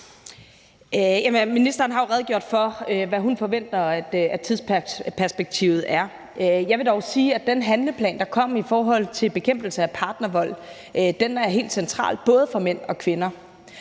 Ministeren har jo redegjort for, hvad hun forventer tidsperspektivet er. Jeg vil dog sige, at den handleplan for bekæmpelse af partnervold, der kom, er helt central både for mænd og kvinder.